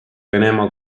venemaa